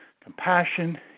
compassion